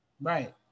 Right